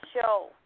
show